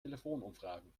telefonumfragen